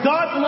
God